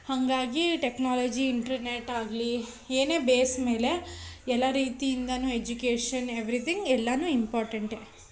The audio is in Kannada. ಹಾಗಾಗಿ ಟೆಕ್ನಾಲಜಿ ಇಂಟ್ರ್ನೆಟ್ ಆಗಲಿ ಏನೇ ಬೇಸ್ ಮೇಲೆ ಎಲ್ಲ ರೀತಿಯಿಂದನೂ ಎಜುಕೇಷನ್ ಎವ್ರಿಥಿಂಗ್ ಎಲ್ಲಾನೂ ಇಂಪಾರ್ಟೆಂಟೆ